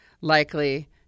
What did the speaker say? likely